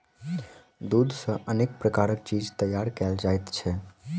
दूध सॅ अनेक प्रकारक चीज तैयार कयल जाइत छै